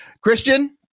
Christian